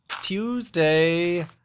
Tuesday